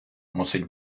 мусить